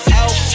out